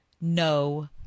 no